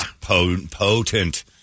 potent